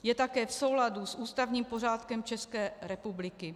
Je také v souladu s ústavním pořádkem České republiky.